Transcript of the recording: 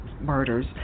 murders